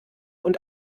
und